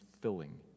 filling